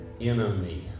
enemy